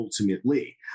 ultimately